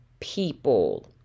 people